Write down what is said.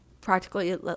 practically